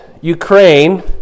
Ukraine